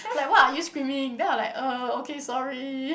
like what are you screaming then I like uh okay sorry